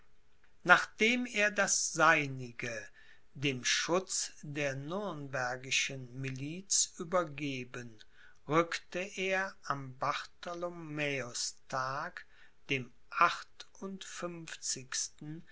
nachdem er das seinige dem schutz der nürnbergischen miliz übergeben rückte er am bartholomäustage dem